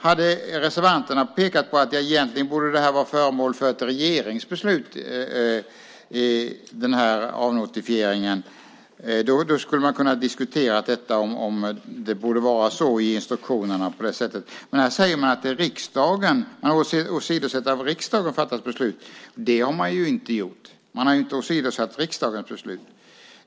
Hade reservanterna pekat på att avnotifieringen egentligen borde vara föremål för ett regeringsbeslut skulle man ha kunnat diskutera om det borde vara på det sättet i instruktionerna. Här talar man om att åsidosätta av riksdagen fattat beslut. Det har man inte gjort. Man har inte åsidosatt riksdagens beslut.